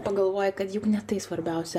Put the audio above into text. pagalvoji kad juk ne tai svarbiausia